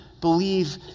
believe